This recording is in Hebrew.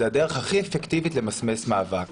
זאת הדרך הכי אפקטיבית למסמס מאבק.